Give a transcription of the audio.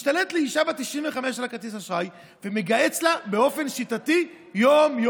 השתלט לאישה בת 95 על כרטיס האשראי ו"מגהץ" לה באופן שיטתי יום-יום.